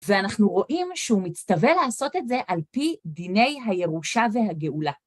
ואנחנו רואים שהוא מצטווה לעשות את זה על פי דיני הירושה והגאולה.